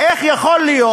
איך יכול להיות